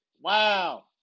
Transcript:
Wow